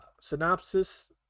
Synopsis